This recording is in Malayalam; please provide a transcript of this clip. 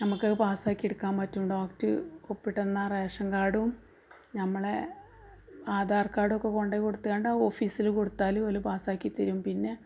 നമ്മൾക്ക് പാസ്സാക്കി എടുക്കാൻ പറ്റും ഡോക്ടറ് ഒപ്പിട്ട് തന്നാൽ റേഷൻ കാർഡും നമ്മളെ അധാർ കാർഡൊക്കെ കൊണ്ട് പോയി കൊടുത്താങ്ങാണ്ട് ഓഫീസിൽ കൊടുത്താൽ ഓല് പാസ്സാക്കി തരും പിന്നെ